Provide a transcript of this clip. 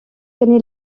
gagné